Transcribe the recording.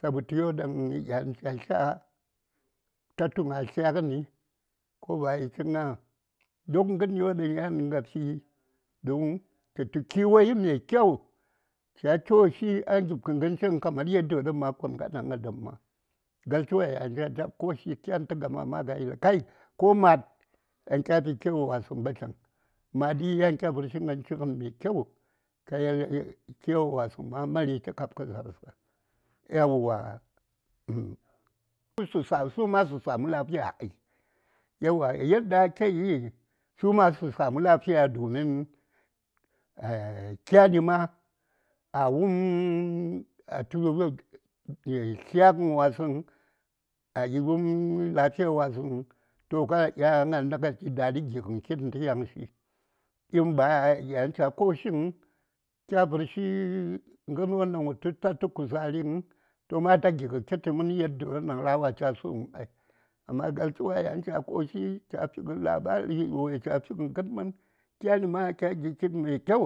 sabu təyodaŋ yan cha tlya ta tu tlyagəni ko bayichik ŋa duk gənyo daŋ ya ŋabshi don tə tu kiwo mai kyau cha tuoshi a gib kə gənchigən kamar yaddiyodaŋ ma kon a dan adam ma galtsə wa ya nda ta koshi: kyan tə gama ma ka yeli kai ko ma:t daŋ kya fi kiwowasəŋ ɓədləŋ maɗi yan kya vərshi gən chigən mai kyau ka yeli kiwo wasəŋ ma mari tə kabkə za:rsə aeywa su ma su sami lafiya ai aeywa yadda akeyi suma su sami lafiya domin kyani ma a wupm a tu tlyagən wasəŋ ayi wupm lafiya wasəŋ toh ka diya ganda ka ji dadi gigən kin tə yanshi un ba cha koshi həŋ kya vər shi gən dan ta tu kuzariŋ toh ma ta gigə kiti mən dan yaddiyodaŋ ra wa cha suŋ ai amma galtsə wa yan cha koshi cha figə labari woi cha figə gənmən kyani ma kya gi:kitn mai kyau.